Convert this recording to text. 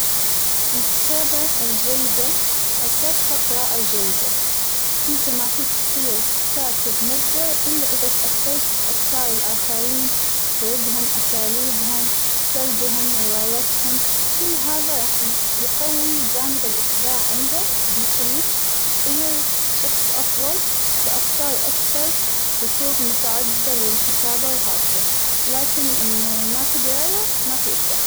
الكتابة الجيدة أساسها قراءة جيدة ، انت ما فيك تصير كاتب مبدع إلا إذا أتاثرت بأفكار الآخرين طرقهم أساليبهم سردهم روايتهم، كل هذا راح يقوى جانب الأبداع عندك وبيخليك تصير شخص أفضل بأفكار أكثر بطرق متعددة للكتابة وهكذا ،لكن أنه ما فى قراية ما فى أبداع.